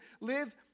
live